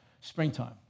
Springtime